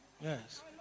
yes